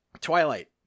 Twilight